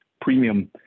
premium